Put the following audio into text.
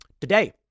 Today